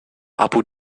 abu